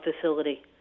facility